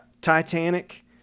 Titanic